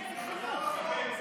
זה חינוך.